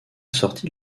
sortie